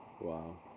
Wow